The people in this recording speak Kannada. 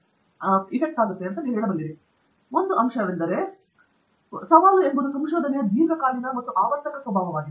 ದೇಶಪಾಂಡೆ ನಾವು ಏಕೆ ಹೇಳಿದ್ದೇವೆ ಎನ್ನುವುದರ ಬಗ್ಗೆ ಒಂದು ಅಂಶವೆಂದರೆ ಸವಾಲು ಎಂಬುದು ಅದರ ದೀರ್ಘಕಾಲೀನ ಮತ್ತು ಆವರ್ತಕ ಸ್ವಭಾವವಾಗಿದೆ